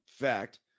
fact